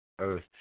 earth